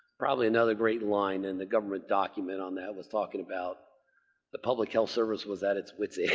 probably another great line in the government document on that was talking about the public health service was at its wits end.